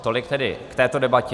Tolik tedy k této debatě.